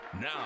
Now